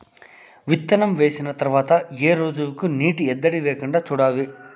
విత్తనం వేసిన తర్వాత ఏ రోజులకు నీటి ఎద్దడి లేకుండా చూడాలి?